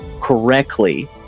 correctly